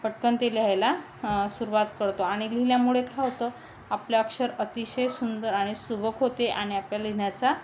पटकन ते लिहायला सुरवात करतो आणि लिहिल्यामुळे काय होतं आपलं अक्षर अतिशय सुंदर आणि सुबक होते आणि आपल्या लिहिण्याचा